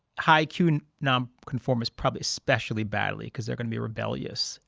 high-iq you know um nonconformists probably especially badly because they're going to be rebellious.